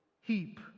heap